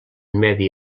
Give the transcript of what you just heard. medi